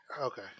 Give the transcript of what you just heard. okay